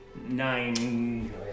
Nine